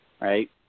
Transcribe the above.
right